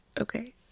Okay